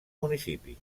municipi